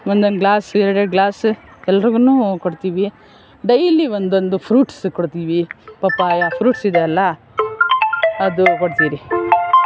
ಒಂದೊಂದು ಗ್ಲಾಸ್ ಎರೆಡೆರಡು ಗ್ಲಾಸ್ ಎಲ್ರಿಗೂನು ಕೊಡ್ತೀವಿ ಡೈಲಿ ಒಂದೊಂದು ಫ್ರೂಟ್ಸ್ ಕೊಡ್ತೀವಿ ಪಪ್ಪಾಯ ಫ್ರೂಟ್ಸ್ ಇದೆಯಲ್ಲ ಅದು ಕೊಡ್ತೀವಿ